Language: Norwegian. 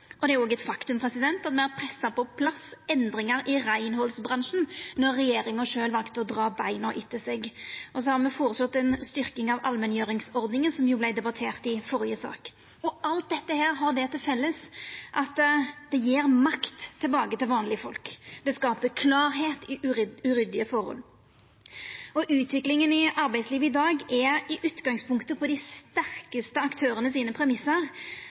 og det er eit faktum at me har pressa på plass endringar i reinhaldsbransjen då regjeringa sjølv valde å dra beina etter seg. Og så har me føreslått ei styrking av allmenngjeringsordninga, som jo vart debattert i den førre saka. Alt dette har det til felles at det gjev makt tilbake til vanlege folk, og det skaper klarheit i uryddige forhold. Utviklinga i arbeidslivet i dag er i utgangspunktet på dei sterkaste aktørane sine premissar.